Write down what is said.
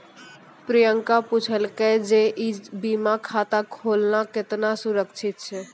प्रियंका पुछलकै जे ई बीमा खाता खोलना केतना सुरक्षित छै?